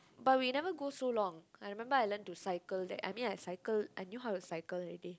but we never go so long I remember I learn to cycle there I mean I cycle I knew how to cycle already